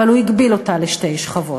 אבל הוא הגביל אותה לשתי שכבות.